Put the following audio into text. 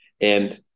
and-